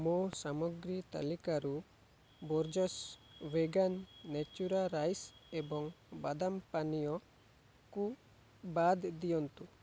ମୋ ସାମଗ୍ରୀ ତାଲିକାରୁ ବୋର୍ଜ୍ସ୍ ଭେଗାନ୍ ନ୍ୟାଚୁରା ରାଇସ୍ ଏବଂ ବାଦାମ ପାନୀୟକୁ ବାଦ ଦିଅନ୍ତୁ